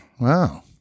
Wow